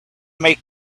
make